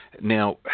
Now